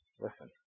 listen